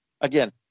again